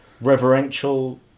reverential